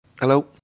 Hello